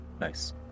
nice